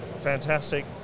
fantastic